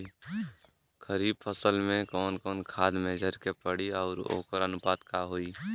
खरीफ फसल में कवन कवन खाद्य मेझर के पड़ी अउर वोकर अनुपात का होई?